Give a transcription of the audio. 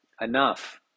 enough